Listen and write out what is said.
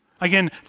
Again